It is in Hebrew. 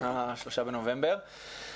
ה-3 בנובמבר.